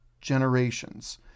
generations